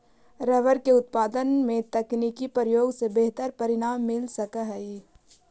rubber के उत्पादन में तकनीकी प्रयोग से बेहतर परिणाम मिल सकऽ हई